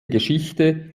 geschichte